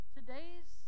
Today's